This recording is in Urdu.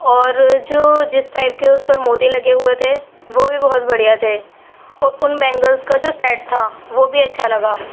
اور جو جس ٹائپ کے اس پر موتی لگے ہوئے تھے وہ بھی بہت بڑھیا تھے اور ان بینگلس کا جو سیٹ تھا وہ بھی اچھا لگا